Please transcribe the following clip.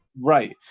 right